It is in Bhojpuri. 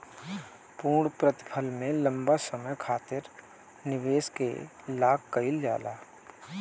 पूर्णप्रतिफल में लंबा समय खातिर निवेश के लाक कईल जाला